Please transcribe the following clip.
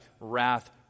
wrath